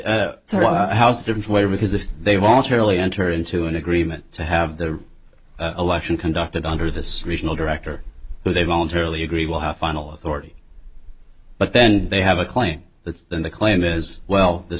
wait because if they voluntarily enter into an agreement to have the election conducted under this regional director who they voluntarily agree will have final authority but then they have a claim that then the claim is well this